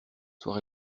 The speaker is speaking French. soir